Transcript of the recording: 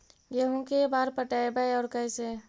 गेहूं के बार पटैबए और कैसे?